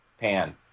pan